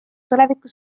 tuleviku